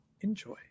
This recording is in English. Enjoy